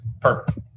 perfect